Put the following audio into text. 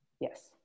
Yes